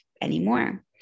anymore